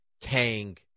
Kang